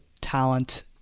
talent